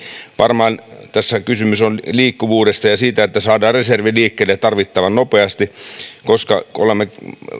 varmaan tässä kysymys on liikkuvuudesta ja siitä että saadaan reservi liikkeelle tarvittavan nopeasti koska olemme